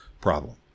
problem